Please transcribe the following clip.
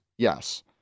Yes